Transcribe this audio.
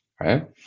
right